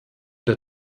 der